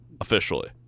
officially